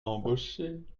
embaucher